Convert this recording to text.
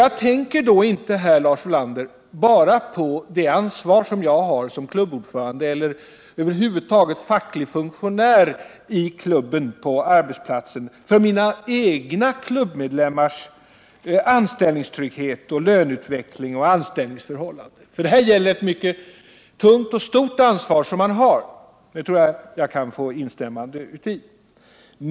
Jag tänker då inte här, Lars Ulander, bara på det ansvar som jag har i egenskap av klubbordförande eller över huvud taget som facklig funktionär i klubben på arbetsplatsen för mina egna klubbmedlemmars anställningstrygghet, löneutveckling och anställningsförhållanden. Det gäller nämligen här ett mycket tungt och stort ansvar som man har, och det tror jag att jag kan få instämmande uti.